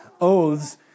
oaths